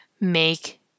make